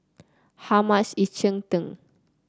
how much is Cheng Tng